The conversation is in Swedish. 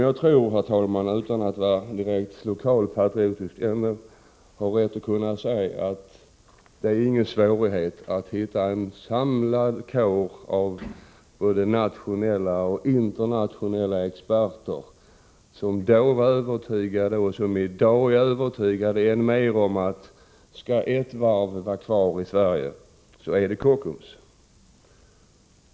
Jag tror mig dock, herr talman, utan att vara direkt lokalpatriotisk, ha rätt att säga att det inte är någon svårighet att hitta en samlad kår av både nationella och internationella experter som då var övertygade om och som i dag är än mer övertygade om att skall ett varv vara kvar i Sverige så är det Kockums.